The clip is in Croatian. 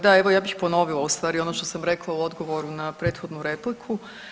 Da evo, ja bih ponovila ustvari ono što sam rekla u odgovoru na prethodnu repliku.